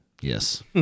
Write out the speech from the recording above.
Yes